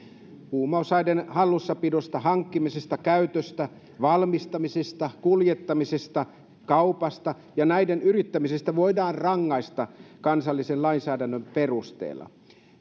huumausaineiden hallussapidosta hankkimisesta käytöstä valmistamisesta kuljettamisesta kaupasta ja näiden yrittämisestä voidaan rangaista kansallisen lainsäädännön perusteella